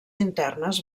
internes